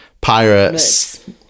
pirates